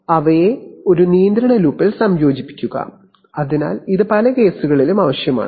അവയെ ഒരു നിയന്ത്രണ ലൂപ്പിൽ സംയോജിപ്പിക്കുക അതിനാൽ ഇത് പല കേസുകളിലും ആവശ്യമാണ്